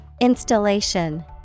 Installation